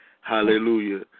Hallelujah